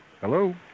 Hello